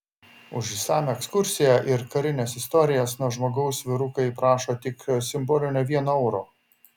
už išsamią ekskursiją ir karines istorijas nuo žmogaus vyrukai prašo tik simbolinio vieno euro